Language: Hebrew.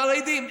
חרדים,